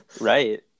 Right